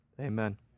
Amen